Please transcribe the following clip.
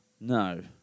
No